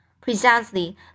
Presently